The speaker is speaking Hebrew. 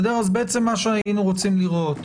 בעצם מה שהיינו רוצים לראות